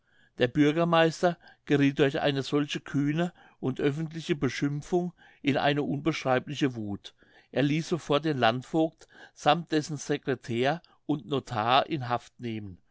der bürgermeister gerieth durch eine solche kühne und öffentliche beschimpfung in eine unbeschreibliche wuth er ließ sofort den landvogt sammt dessen secretair und notar in haft nehmen